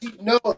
No